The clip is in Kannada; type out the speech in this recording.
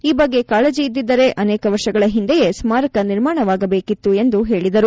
ಈ ಬಗ್ಗೆ ಕಾಳಜ ಇದ್ದಿದ್ದರೆ ಅನೇಕ ವರ್ಷಗಳ ಹಿಂದೆಯೇ ಸ್ಮಾರಕ ನಿರ್ಮಾಣವಾಗಬೇಕಾಗಿತ್ತು ಎಂದು ಹೇಳಿದರು